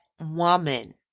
woman